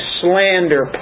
slander